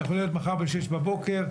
יכול להיות מחר בשש בבוקר,